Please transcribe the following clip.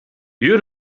you